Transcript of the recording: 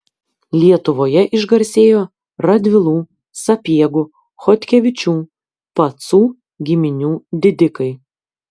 lietuvoje išgarsėjo radvilų sapiegų chodkevičių pacų giminių didikai